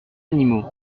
animaux